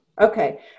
Okay